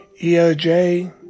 EOJ